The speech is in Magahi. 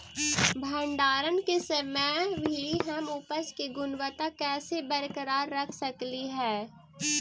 भंडारण के समय भी हम उपज की गुणवत्ता कैसे बरकरार रख सकली हे?